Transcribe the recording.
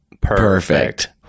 Perfect